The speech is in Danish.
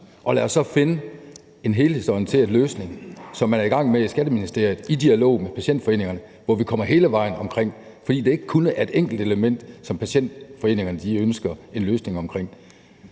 lad os finde en helstøbt løsning, hvilket man er i gang med i Skatteministeriet i dialog med patientforeningerne, hvor vi kommer hele vejen omkring det, for det er ikke kun et enkelt element, som patientforeningerne ønsker en løsning omkring.